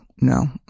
no